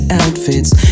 outfits